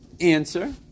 Answer